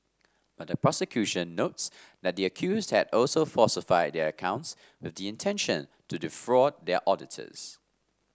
but the prosecution notes that the accused had also falsified their accounts with the intention to defraud their auditors